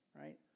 right